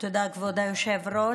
תודה, כבוד היושב-ראש.